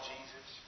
Jesus